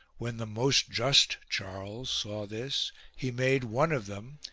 when the most just charles saw this he made one of them,